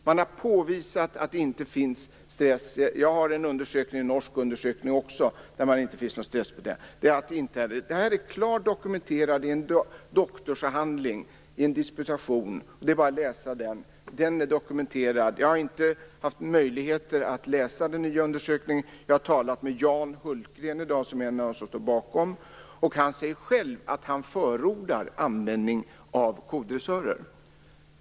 Man har även i en norsk undersökning påvisat att det inte medför stress. Det här är klart dokumenterat i en doktorsavhandling; det är bara att läsa den. Den är dokumenterad. Jag har inte haft möjlighet att läsa den nya undersökningen, men jag har i dag talat med Jan Hultgren som är en av dem som står bakom den. Han säger själv att han förordar användning av kodressörer.